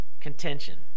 Contention